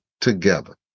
together